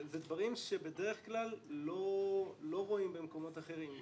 זה דברים שבדרך כלל לא רואים במקומות אחרים.